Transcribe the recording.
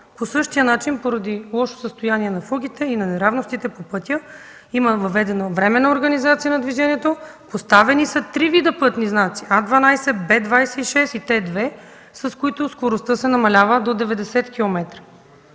по същия начин поради лошо състояние на фугите и неравности по пътя има въведена временна организация на движението. Поставени са три вида пътни знаци: А 12, Б-26 и Т-2, с които скоростта се намалява до 90 км.